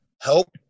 help